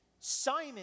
Simon